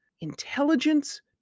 intelligence